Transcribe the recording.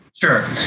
Sure